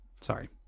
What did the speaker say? Sorry